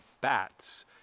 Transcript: bats